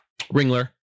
Ringler